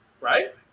Right